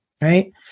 right